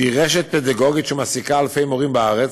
שהיא רשת פדגוגית שמעסיקה אלפי מורים בארץ.